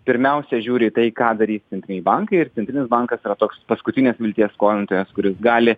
pirmiausia žiūri į tai ką darys centriniai bankai ir centrinis bankas yra toks paskutinės vilties skolintojas kuris gali